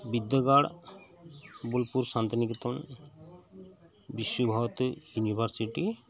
ᱵᱤᱨᱫᱟᱹᱜᱟᱲ ᱵᱚᱞᱯᱩᱨ ᱥᱟᱱᱛᱤᱱᱤᱠᱮᱛᱚᱱ ᱵᱤᱥᱥᱚ ᱵᱷᱟᱨᱚᱛᱤ ᱤᱭᱩᱱᱤᱵᱷᱟᱨᱥᱤᱴᱤ